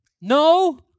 No